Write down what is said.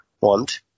want